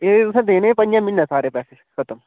एह् तुसें देने पंजें म्हीने सारे पैसे खतम